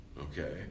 Okay